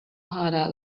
harder